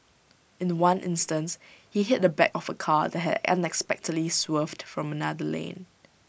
in The One instance he hit the back of A car that had unexpectedly swerved from another lane